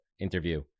interview